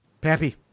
Pappy